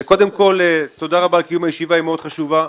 קודם כל, תודה על קיום הישיבה שהיא מאוד חשובה.